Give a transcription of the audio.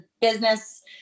business